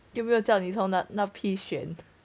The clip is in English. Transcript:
又没有叫你在那批选